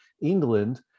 England